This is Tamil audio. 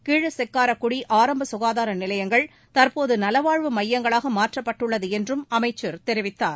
கீழசெக்காரக்குடி ஆரம்ப சுகாதார நிலையங்கள் தற்போது நலவாழ்வு மையங்களாக மாற்றப்பட்டுள்ளது என்றும் அமைச்சர் தெரிவித்தார்